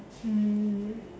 mm